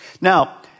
Now